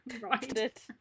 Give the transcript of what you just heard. Right